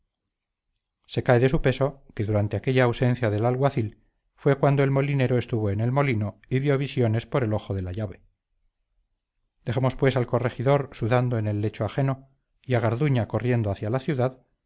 se cae de su peso que durante aquella ausencia del alguacil fue cuando el molinero estuvo en el molino y vio visiones por el ojo de la llave dejemos pues al corregidor sudando en el lecho ajeno y a garduña corriendo hacia la ciudad